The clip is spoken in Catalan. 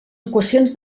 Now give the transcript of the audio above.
equacions